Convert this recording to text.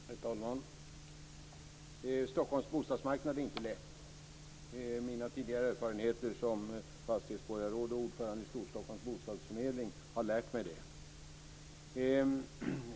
Herr talman! Stockholms bostadsmarknad är inte lätt. Mina tidigare erfarenheter som fastighetsborgarråd och ordförande i Storstockholms bostadsförmedling har lärt mig det.